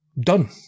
Done